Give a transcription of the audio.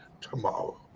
tomorrow